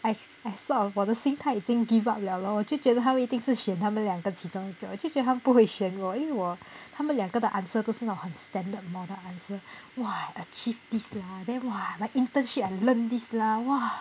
I I thought of 我的心态已经 give up 了咯我就觉得他们一定是选他们两个其中一个我就觉得他们不会选我因为我他们两个的 answer 都很那种 standard model answer !wah! I achieve this ah !wah! my internship I learn this lah !wah!